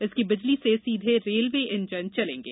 इसकी बिजली से सीधे रेलवे इंजन चलेंगे